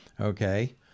okay